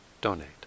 donate